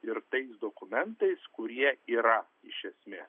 ir tais dokumentais kurie yra iš esmė